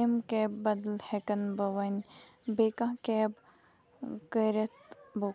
امہِ کیبہِ بدل ہٮ۪کَن بہٕ وۄنۍ بیٚیہِ کانٛہہ کیب کٔرِتھ بُک